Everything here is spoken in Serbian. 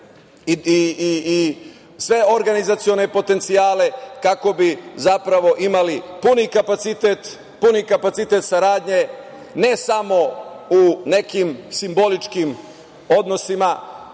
i sve organizacione potencijale kako bi imali puni kapacitet saradnje, ne samo u nekim simboličkim odnosima